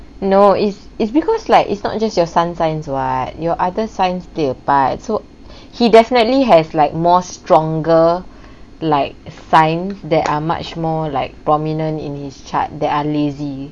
no it's it's because like it's not just your sun signs [what] your other signs nearby so he definitely has like more stronger like signs that are much more like prominent in his chart that are lazy